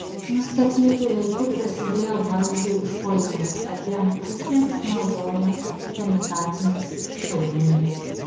nustatytu laiku prasidėjo bazių užpuolimas abiem pusėms naudojant imitacinius šaudmenis